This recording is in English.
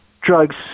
drugs